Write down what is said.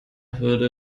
hürde